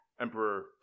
emperor